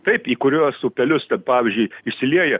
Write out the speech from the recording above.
taip į kuriuos upelius kad pavyzdžiui išsilieja